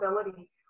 ability